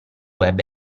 web